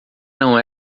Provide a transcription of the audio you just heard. não